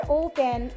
open